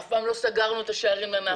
אף פעם לא סגרנו את השערים לנחל.